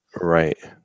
right